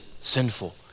sinful